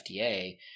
FDA